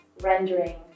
rendering